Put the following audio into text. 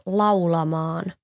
laulamaan